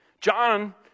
John